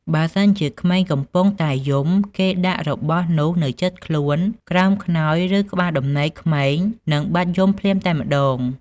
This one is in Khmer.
បើសិនជាក្មេងកំពុងតែយំគេដាក់របស់នោះនៅជិតខ្លួន ក្រោមខ្នើយ ឬក្បាលដំណេកក្មេងនឹងបាត់យំភ្លាមតែម្តង។